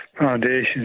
foundations